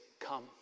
come